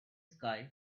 sky